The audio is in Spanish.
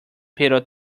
pero